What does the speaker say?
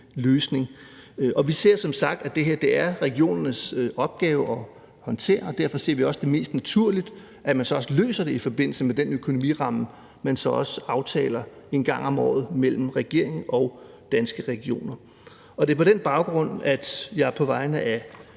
løsning. Vi ser som sagt, at det er regionernes opgave at håndtere det. Derfor ser vi også, at det er mest naturligt, at man løser det i forbindelse med den økonomiramme, man aftaler en gang om året mellem regeringen og Danske Regioner. Det er på den baggrund, at jeg på vegne af